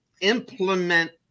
implement